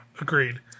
agreed